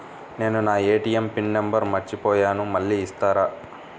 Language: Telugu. నేను నా ఏ.టీ.ఎం పిన్ నంబర్ మర్చిపోయాను మళ్ళీ ఇస్తారా?